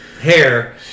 hair